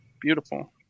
Beautiful